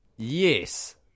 Yes